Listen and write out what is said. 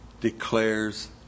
declares